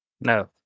No